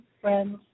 friends